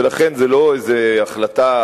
ולכן זו לא איזו החלטה,